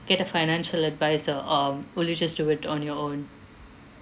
get a financial adviser um will you just do it on your own